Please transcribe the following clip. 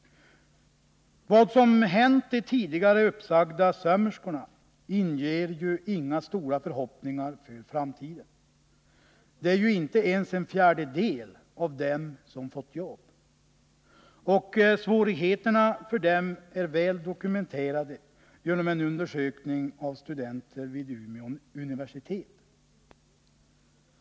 Vad som har hänt de tidigare uppsagda sömmerskorna inger ju inga stora förhoppningar för framtiden. Inte ens en fjärdedel av dem har fått jobb, och svårigheterna för dem är väl dokumenterade genom en undersökning gjord av studenter vid Umeå universitet.